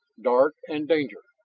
dark and danger.